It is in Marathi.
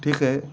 ठीक आहे